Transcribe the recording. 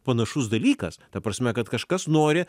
panašus dalykas ta prasme kad kažkas nori